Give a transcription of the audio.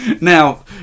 Now